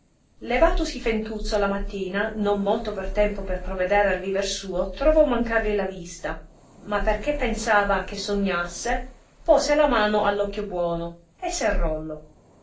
levatosi fentuzzo la mattina non molto per tempo per proveder al viver suo trovò mancarli la vista ma perché pensava che sognasse pose la mano all occhio buono e serrouo